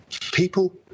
People